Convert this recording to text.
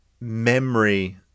memory